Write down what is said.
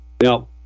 Now